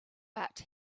but